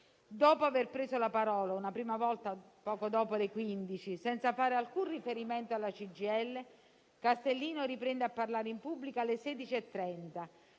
Dopo aver preso la parola una prima volta poco dopo le ore 15, senza fare alcun riferimento alla CGIL, Castellino riprende a parlare in pubblico alle ore